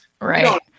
right